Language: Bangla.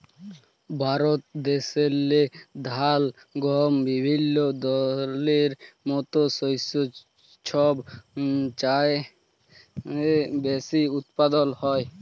ভারত দ্যাশেল্লে ধাল, গহম বিভিল্য দলের মত শস্য ছব চাঁয়ে বেশি উৎপাদল হ্যয়